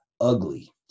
ugly